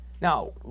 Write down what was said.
Now